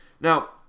Now